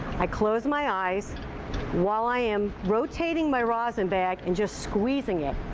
i close my eyes while i am rotating my rosin bag and just squeezing it.